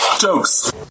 Jokes